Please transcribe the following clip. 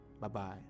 Bye-bye